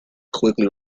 quickly